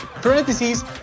parentheses